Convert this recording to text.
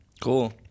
Cool